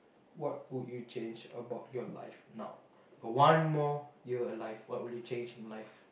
what would you change about your life now got one more year alive what would you change in life